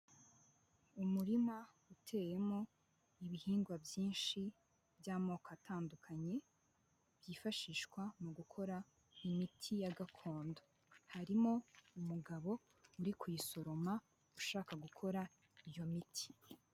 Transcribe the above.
Umurima uteyemo ibihingwa byinshi by'amoko atandukanye byifashishwa mu gukora imiti ya gakondo, harimo umugabo uri kuyisoroma ushaka gukora iyo miti.